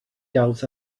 doubts